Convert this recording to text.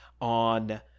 on